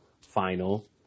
final